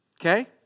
okay